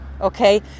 okay